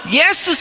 yes